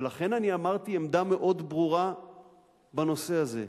ולכן אני אמרתי עמדה מאוד ברורה בנושא הזה,